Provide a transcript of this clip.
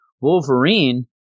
Wolverine